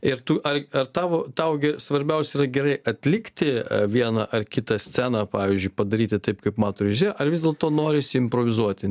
ir tu ar ar tavo tau gi svarbiausia gerai atlikti a vieną ar kitą sceną pavyzdžiui padaryti taip kaip mato režisierius ar vis dėlto norisi improvizuoti